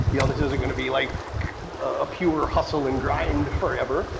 you know this isn't gonna be like a pure hustle and grind forever.